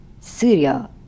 Syria